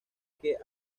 que